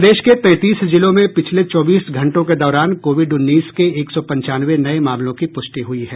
प्रदेश के तैंतीस जिलों में पिछले चौबीस घंटों के दौरान कोविड उन्नीस के एक सौ पंचानबे नये मामलों की पुष्टि हुई है